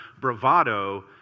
bravado